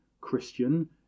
Christian